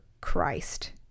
Christ